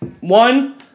One